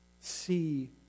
see